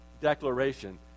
declaration